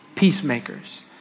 Peacemakers